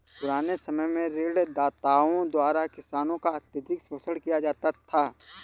पुराने समय में ऋणदाताओं द्वारा किसानों का अत्यधिक शोषण किया जाता था